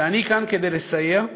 שאני כאן כדי לסייע.